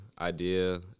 idea